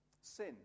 Sin